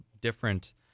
different